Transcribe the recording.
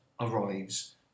arrives